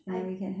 I